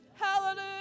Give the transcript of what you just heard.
Hallelujah